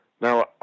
Now